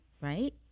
right